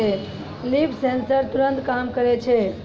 leaf sensor तुरत काम करै छै